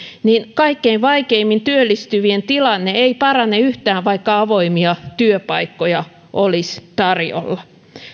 niin kaikkein vaikeimmin työllistyvien tilanne ei parane yhtään vaikka avoimia työpaikkoja olisi tarjolla